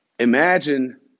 Imagine